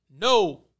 no